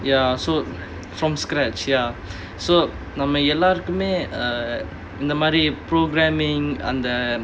ya so from scratch ya so நம்ம எல்லாருக்குமே:namma ellaarukkumae uh இந்த மாறி:intha maari programming அந்த:antha